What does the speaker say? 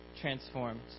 transformed